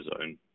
Zone